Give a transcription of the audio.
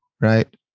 right